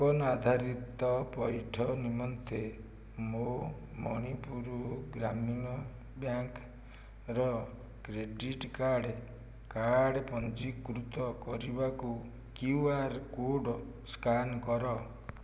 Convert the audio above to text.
token ଆଧାରିତ ପଇଠ ନିମନ୍ତେ ମୋ ମଣିପୁର ଗ୍ରାମୀଣ ବ୍ୟାଙ୍କର କ୍ରେଡ଼ିଟ୍ କାର୍ଡ଼ କାର୍ଡ଼ ପଞ୍ଜୀକୃତ କରିବାକୁ କ୍ୟୁ ଆର୍ କୋଡ଼୍ ସ୍କାନ କର